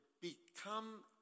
become